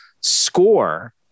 score